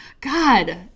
God